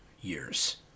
years